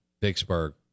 Vicksburg